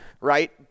Right